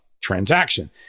transaction